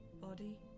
body